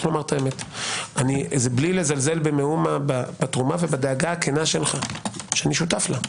מבלי לזלזל באומה בתרומה ובדאגה הכנה שלך שאני שותף לה.